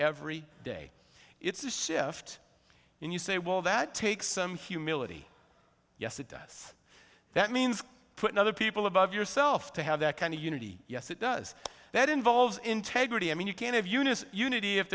every day it's a shift and you say well that takes some humility yes it does that means putting other people above yourself to have that kind of unity yes it does that involves integrity i mean you can of eunice unity if